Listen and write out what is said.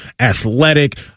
athletic